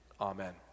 amen